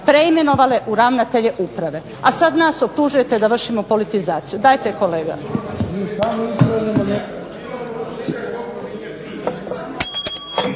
preimenovali u ravnatelje uprave, a sad nas optužujete da vršimo politizaciju. Dajte kolega.